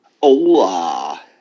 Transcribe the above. Hola